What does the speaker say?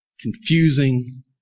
confusing